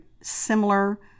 similar